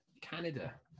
Canada